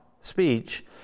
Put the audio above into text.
speech